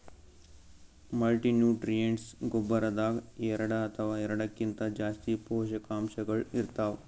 multinutrients ಗೊಬ್ಬರದಾಗ್ ಎರಡ ಅಥವಾ ಎರಡಕ್ಕಿಂತಾ ಜಾಸ್ತಿ ಪೋಷಕಾಂಶಗಳ್ ಇರ್ತವ್